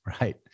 Right